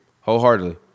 wholeheartedly